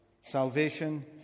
Salvation